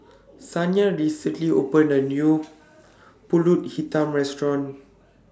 Saniyah recently opened A New Pulut Hitam Restaurant